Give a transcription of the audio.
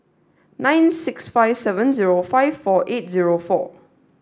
nine six five seven zero five four eight zero four